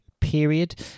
period